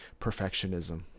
perfectionism